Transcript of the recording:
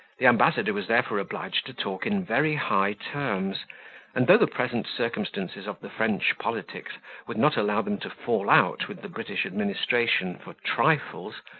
the ambassador was therefore obliged to talk in very high terms and, though the present circumstances of the french politics would not allow them to fall out with the british administration for trifles,